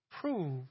prove